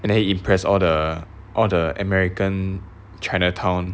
and then he impress all the all the american chinatown